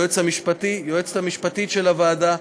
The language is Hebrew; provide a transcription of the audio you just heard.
היועצת המשפטית של הוועדה,